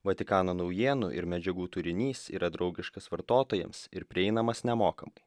vatikano naujienų ir medžiagų turinys yra draugiškas vartotojams ir prieinamas nemokamai